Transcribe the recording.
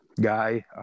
Guy